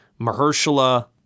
Mahershala